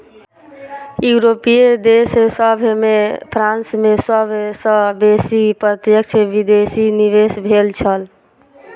यूरोपीय देश सभ में फ्रांस में सब सॅ बेसी प्रत्यक्ष विदेशी निवेश भेल छल